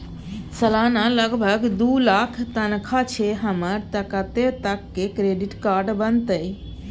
सलाना लगभग दू लाख तनख्वाह छै हमर त कत्ते तक के क्रेडिट कार्ड बनतै?